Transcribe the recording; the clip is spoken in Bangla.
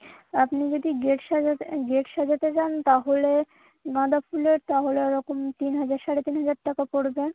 আপনি যদি গেট সাজাতে গেট সাজাতে চান তাহলে গাঁদা ফুলের তাহলে ওরকম তিন হাজার সাড়ে তিন হাজার টাকা পড়বে